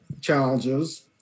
challenges